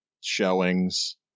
showings